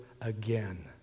again